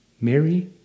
Mary